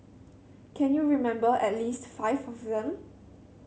can you remember at least five of them